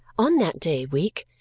on that day week,